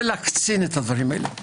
ולהקצין את הדברים.